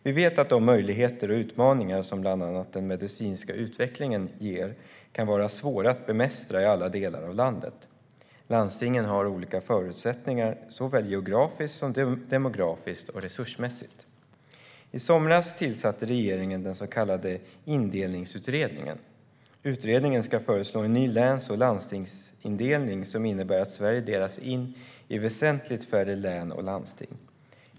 Vi vet att de möjligheter och utmaningar som bland annat den medicinska utvecklingen ger kan vara svåra att bemästra i alla delar av landet. Landstingen har olika förutsättningar såväl geografiskt som demografiskt och resursmässigt. I somras tillsatte regeringen den så kallade Indelningsutredningen. Utredningen ska föreslå en ny läns och landstingsindelning som innebär att Sverige delas in i väsentligt färre län och landsting.